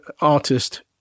artist